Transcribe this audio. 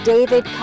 David